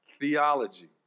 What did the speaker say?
theology